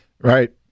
Right